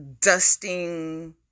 dusting